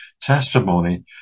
testimony